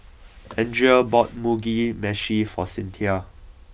Andria bought Mugi Meshi for Cynthia